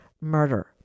murder